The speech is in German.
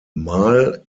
mal